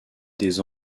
des